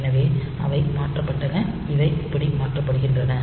எனவே அவை மாற்றப்பட்டன அவை இப்படி மாற்றப்படுகின்றன